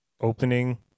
opening